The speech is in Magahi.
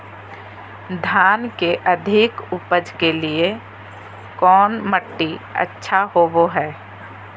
धान के अधिक उपज के लिऐ कौन मट्टी अच्छा होबो है?